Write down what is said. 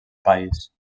país